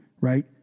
Right